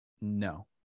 No